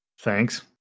Thanks